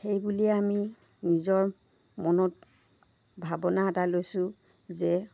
সেইবুলিয়ে আমি নিজৰ মনত ভাৱনা এটা লৈছোঁ যে